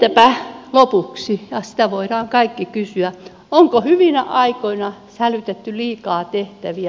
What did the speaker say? entäpä lopuksi sitä voimme kaikki kysyä onko hyvinä aikoina sälytetty liikaa tehtäviä